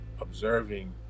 observing